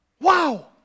Wow